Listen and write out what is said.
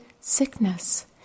sickness